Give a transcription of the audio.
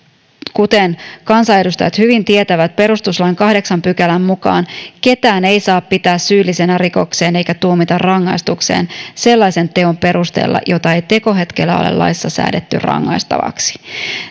kuten kansanedustajat hyvin tietävät perustuslain kahdeksannen pykälän mukaan ketään ei saa pitää syyllisenä rikokseen eikä tuomita rangaistukseen sellaisen teon perusteella jota ei tekohetkellä ole laissa säädetty rangaistavaksi